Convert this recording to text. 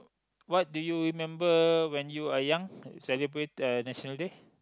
what do you remember when you are young celebrate uh National-Day